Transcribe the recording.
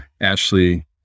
Ashley